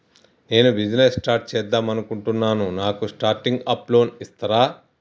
నేను business start చేద్దామనుకుంటున్నాను నాకు స్టార్టింగ్ అప్ లోన్ ఇస్తారా?